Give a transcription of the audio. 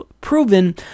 proven